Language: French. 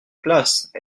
place